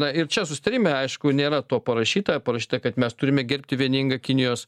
na ir čia susitarime aišku nėra to parašyta parašyta kad mes turime gerbti vieningą kinijos